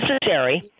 necessary